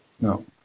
No